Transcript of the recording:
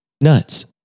nuts